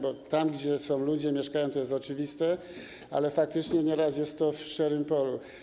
Bo że tam, gdzie są ludzie, gdzie mieszkają, to jest oczywiste, ale faktycznie nieraz jest to w szczerym polu.